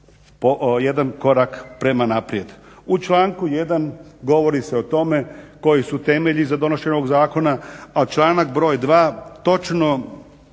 jedan korak prema naprijed. U članku 1. govori se o tome koji su temelji za donošenje ovog zakona, a članak broj 2. točno